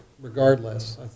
regardless